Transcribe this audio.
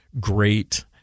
great